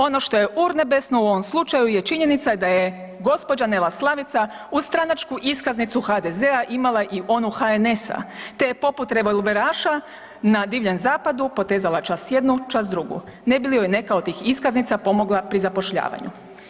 Ono što je urnebesno u ovom slučaju je činjenica da je gospođa Nela Slavica uz stranačku iskaznicu HDZ-a imala i onu HNS-a te je poput revolveraša na Divljem zapadu potezala čas jednu čas drugu, ne bi li joj neka od tih iskaznica pomogla pri zapošljavanju.